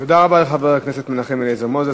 תודה רבה לחבר הכנסת מנחם אליעזר מוזס.